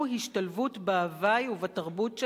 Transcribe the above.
הוא השתלבות בהווי ובתרבות שלנו.